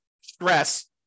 stress